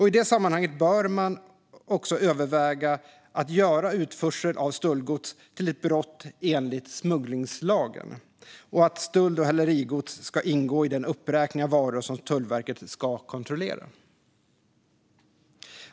I det sammanhanget bör man också överväga att göra utförsel av stöldgods till ett brott enligt smugglingslagen och att stöld och hälerigods ska ingå i den uppräkning av varor som Tullverket ska kontrollera.